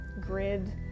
grid